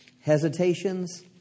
hesitations